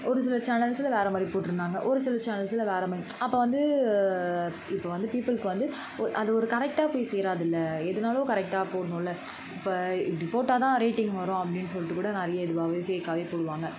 ஒரு சில சேனல்ஸ்ல வேறமாதிரி போட்டிருந்தாங்க ஒரு சில சேனல்ஸ்ல வேறமாதிரி அப்போ வந்து இப்போ வந்து பீப்பிள்க்கு வந்து ஒ அது ஒரு கரெக்டாக போய் சேராதில்ல எதுனாலும் கரெக்டாக போடணுல்ல இப்போ இப்படி போட்டால் தான் ரேட்டிங் வரும் அப்படின்னு சொல்லிட்டு கூட நிறைய இதுவாவே ஃபேக்காவே போடுவாங்கள்